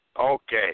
Okay